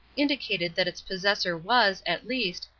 indicated that its possessor was, at least,